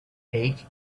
take